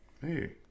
Hey